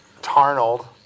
Tarnold